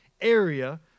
Area